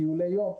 טיולי יום.